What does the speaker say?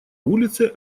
улице